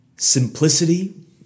Simplicity